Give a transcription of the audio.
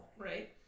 right